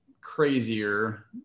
crazier